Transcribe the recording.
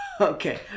Okay